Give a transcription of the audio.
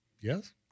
Yes